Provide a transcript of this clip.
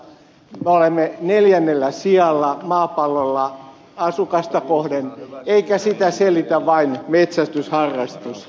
me olemme neljännellä sijalla maapallolla mitä tulee aseiden määrään asukasta kohden eikä sitä selitä vain metsästysharrastus